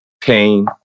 pain